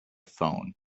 phone